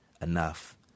enough